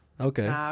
okay